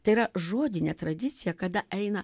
tai yra žodinė tradicija kada eina